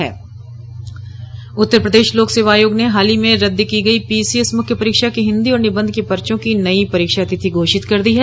उत्तर प्रदेश लोक सेवा आयोग ने हाल ही में रद्द की गई पीसीएस मुख्य परीक्षा के हिन्दी और निबंध के पर्चो की नई परीक्षा तिथि घोषित कर दी है